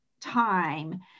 time